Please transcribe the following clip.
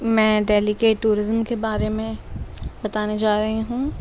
میں ڈہلی کے ٹورازم کے بارے میں بتانے جا رہی ہوں